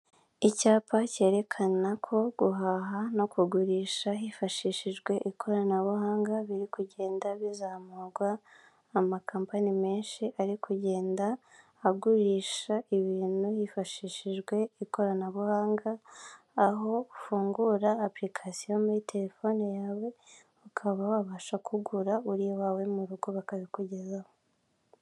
Icyapa kerekana ko guhaha no kugurisha hifashishijwe ikoranabuhanga biri kugenda bizamurwa, amakampani menshi ari kugenda agurisha ibintu hifashishijwe ikoranabuhanga, aho ufungura apurikasiyo muri telefone yawe ukaba wabasha kugura uri iwawe mu rugo bakabikugezaho.